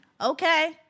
Okay